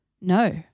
No